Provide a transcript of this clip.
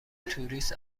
توریست